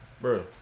Bro